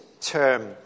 term